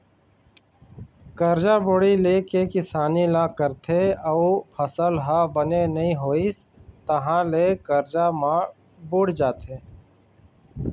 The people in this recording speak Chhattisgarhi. करजा बोड़ी ले के किसानी ल करथे अउ फसल ह बने नइ होइस तहाँ ले करजा म बूड़ जाथे